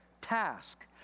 task